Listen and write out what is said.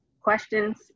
Questions